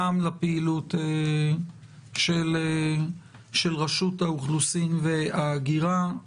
גם לפעילות של רשות האוכלוסין וההגירה.